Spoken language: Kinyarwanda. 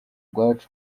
bwacu